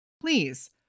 Please